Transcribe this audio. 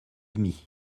demi